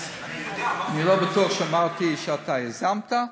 אני לא בטוח שאמרתי שאתה יזמת,